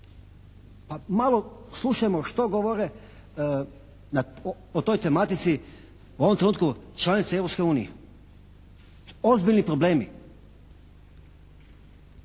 Malo slušajmo što govore o toj tematici u ovom trenutku članice Europske unije. Ozbiljni problemi.